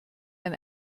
ein